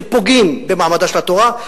שפוגעים במעמדה של התורה,